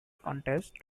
contest